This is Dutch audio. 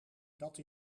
dat